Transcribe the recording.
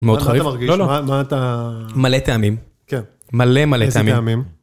מאוד חריף. מה אתה מרגיש? מה אתה... מלא טעמים. כן. מלא מלא טעמים. כן איזה טעמים?